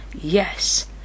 yes